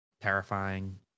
terrifying